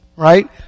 Right